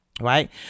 Right